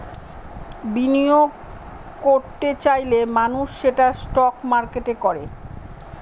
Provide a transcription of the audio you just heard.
বিনিয়োগ করত চাইলে মানুষ সেটা স্টক মার্কেটে করে